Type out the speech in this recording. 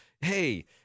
hey